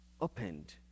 opened